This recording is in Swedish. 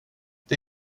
det